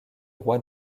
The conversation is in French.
roi